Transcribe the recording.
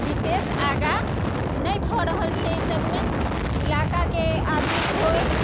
विशेष आगाँ नहि भऽ रहल छै एहि सबमे इलाकाके आदमी होयत